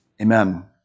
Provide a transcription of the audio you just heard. Amen